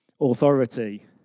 authority